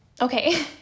Okay